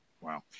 Wow